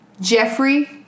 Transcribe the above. Jeffrey